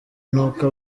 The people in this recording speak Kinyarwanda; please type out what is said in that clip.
n’uko